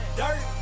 dirt